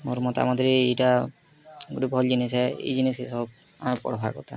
ମୋର ମତାମତରେ ଏଇଟା ଗୋଟେ ଭଲ୍ ଜିନିଷେ ଏଇ ଜିନିଷକେ ସବ୍ ଆମେ ପଢ଼ବାର୍ କଥା